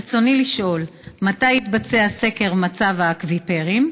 רצוני לשאול: 1. מתי התבצע סקר מצב אקוויפרים?